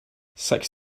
six